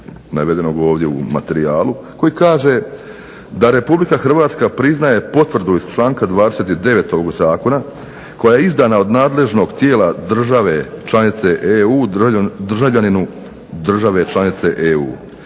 navedenog ovdje u materijalu koji kaže da Republika Hrvatska priznaje potvrdu iz članka 29. Zakona koja je izdana od nadležnog tijela države članice EU državljaninu države članice EU.